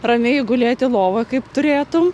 ramiai gulėti lovoj kaip turėtum